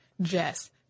Jess